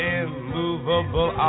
immovable